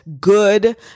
good